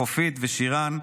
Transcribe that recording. לחופית ושירן,